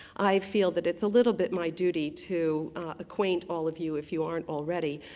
i feel that it's a little bit my duty to acquaint all of you, if you aren't already,